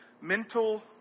mental